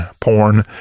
porn